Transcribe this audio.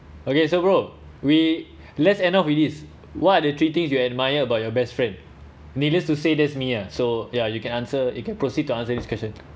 okay so bro we let’s end of with this what are the three things you admire about your best friend needless to say that's me ah so ya you can answer you can proceed to answer this question